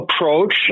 approach